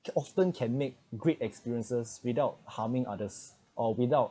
to often can make great experiences without harming others or without